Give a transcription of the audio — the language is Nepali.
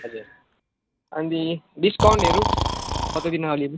हजुर अनि डिस्काउन्टहरू थपिदिनु अलिअलि